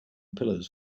pillows